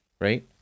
right